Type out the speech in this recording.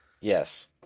Yes